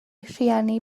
rieni